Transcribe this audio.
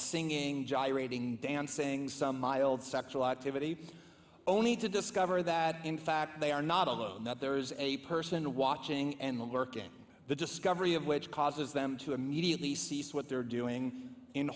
singing gyrating dancing some mild sexual activity only to discover that in fact they are not alone that there is a person watching and working the discovery of which causes them to immediately cease what they're doing in